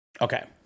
Okay